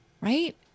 Right